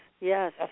Yes